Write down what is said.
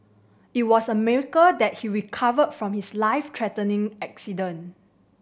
it was a miracle that he recovered from his life threatening accident